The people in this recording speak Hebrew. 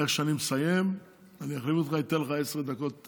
איך שאני מסיים אני אחליף אותך, אתן לך עשר דקות.